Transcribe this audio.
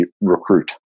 recruit